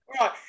right